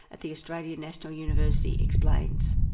at the australian national university, explains.